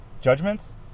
judgments